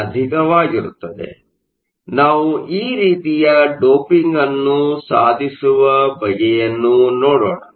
ಆದ್ದರಿಂದ ನಾವು ಈ ರೀತಿಯ ಡೋಪಿಂಗ್ ಅನ್ನು ಸಾಧಿಸುವ ಬಗೆಯನ್ನು ನೋಡೋಣ